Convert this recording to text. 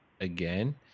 again